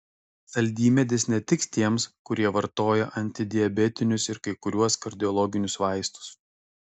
saldymedis netiks tiems kurie vartoja antidiabetinius ir kai kuriuos kardiologinius vaistus